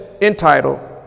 entitled